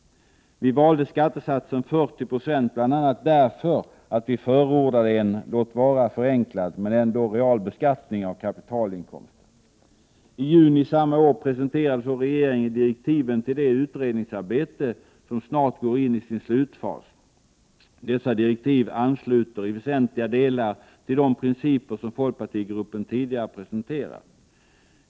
Vi valde skattesatsen 40 96 bl.a. därför att vi förordade en — låt vara förenklad — real beskattning av kapitalinkomster. I juni samma år presenterade så regeringen direktiven till det utredningsarbete som snart går in i sin slutfas. Dessa direktiv ansluter i väsentliga delar till de principer som folkpartigruppen tidigare presenterat.